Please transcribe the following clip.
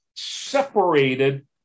separated